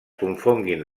confonguin